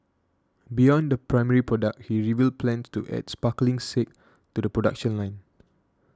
beyond the primary product he revealed plans to add sparkling sake to the production line